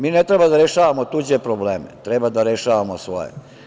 Mi ne treba da rešavamo tuđe probleme, treba da rešavamo svoje.